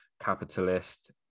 capitalist